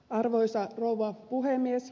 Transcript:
arvoisa rouva puhemies